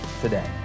today